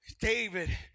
David